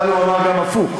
אבל הוא אמר גם הפוך.